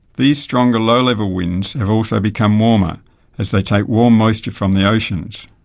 these stronger low level winds have also become warmer as they take warm moisture from the oceans.